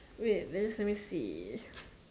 wait there's let me see